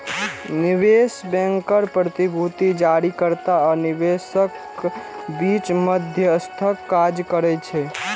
निवेश बैंकर प्रतिभूति जारीकर्ता आ निवेशकक बीच मध्यस्थक काज करै छै